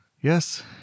yes